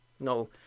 No